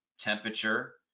temperature